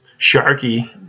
Sharky